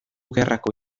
gerrako